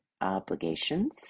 obligations